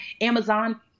Amazon